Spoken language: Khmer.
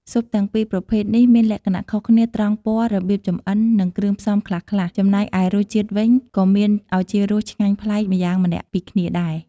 ស៊ុបទាំងប្រភេទពីរនេះមានលក្ខណៈខុសគ្នាត្រង់ ពណ៌ របៀបចម្អិន និងគ្រឿងផ្សំខ្លះៗ ចំណែកឯរសជាតិវិញក៏មានឱជារសឆ្ងាញ់ប្លែកម្យ៉ាងម្នាក់ពីគ្នាដែរ។